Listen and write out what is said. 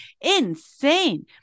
insane